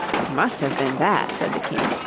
it must have been that said the king,